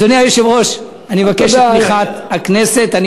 אדוני היושב-ראש, אני מבקש את תמיכת הכנסת.